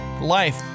life